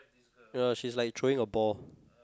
uh she's like throwing a ball